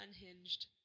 unhinged